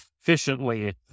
efficiently